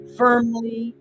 firmly